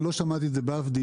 אני לא שמעתי את זה באף דיון,